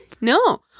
No